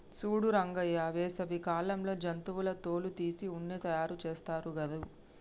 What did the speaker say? సూడు రంగయ్య వేసవి కాలంలో జంతువుల తోలు తీసి ఉన్ని తయారుచేస్తారు గాదు